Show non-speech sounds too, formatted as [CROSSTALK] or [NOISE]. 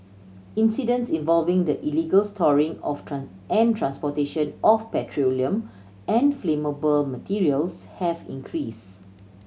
incidents involving the illegal storing of [UNINTELLIGIBLE] and transportation of petroleum and flammable materials have increased